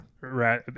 Right